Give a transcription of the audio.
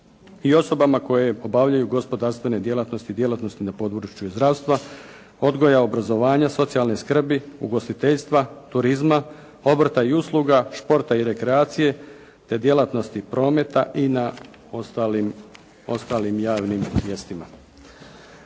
i osobama koje obavljaju gospodarstvene djelatnosti, djelatnosti na području zdravstva, odgoja i obrazovanja, socijalne skrbi, ugostiteljstva, turizma, obrta i usluga, športa i rekreacije te djelatnosti prometa i na ostalim javnim mjestima.